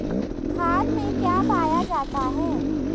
खाद में क्या पाया जाता है?